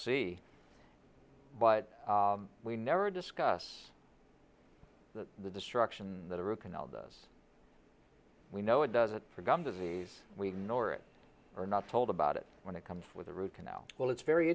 see but we never discuss the destruction that a root canal does we know it doesn't for gum disease we know or it are not told about it when it comes with the root canal well it's very